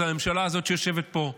זאת הממשלה הזאת שיושבת פה.